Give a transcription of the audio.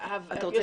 את עמדת משרד הפנים.